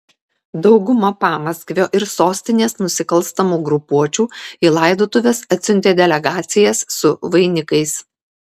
dauguma pamaskvio ir sostinės nusikalstamų grupuočių į laidotuves atsiuntė delegacijas su vainikais